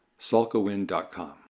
Salkawind.com